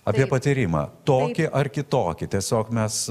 apie patyrimą tokį ar kitokį tiesiog mes